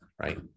right